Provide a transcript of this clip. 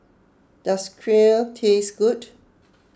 does Kheer taste good